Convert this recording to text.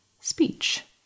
speech